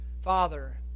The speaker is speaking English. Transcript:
Father